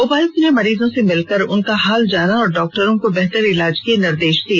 उपायुक्त ने मरीजों से मिलकर उनका हाल जाना और डॉक्टरों को बेहतर इलाज के निर्देश दिए